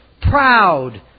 proud